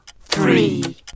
three